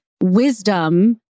Wisdom